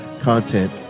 content